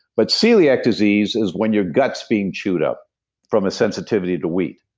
but celiac disease is when your gut's being chewed up from a sensitivity to wheat.